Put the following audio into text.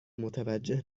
متوجه